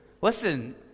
Listen